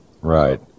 Right